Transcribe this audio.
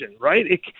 right